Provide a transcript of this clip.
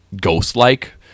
ghost-like